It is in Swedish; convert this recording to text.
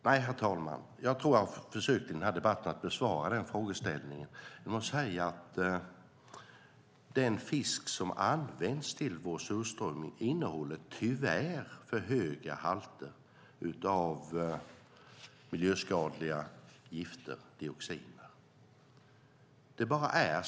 Nej, och jag tror att jag har försökt att besvara den frågan i denna debatt genom att säga att den fisk som används till vår surströmming tyvärr innehåller för höga halter av miljöskadliga gifter - dioxiner. Det är bara så.